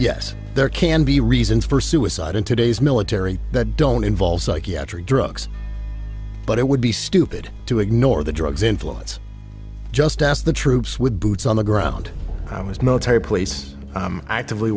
yes there can be reasons for suicide in today's military that don't involve psychiatric drugs but it would be stupid to ignore the drugs influence just as the troops with boots on the ground how much military place actively